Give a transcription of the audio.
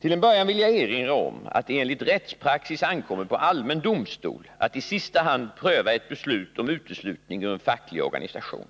Till en början vill jag erinra om att det enligt rättspraxis ankommer på allmän domstol att i sista hand pröva ett beslut om uteslutning ur en facklig organisation.